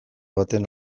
baten